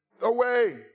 away